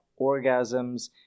Orgasms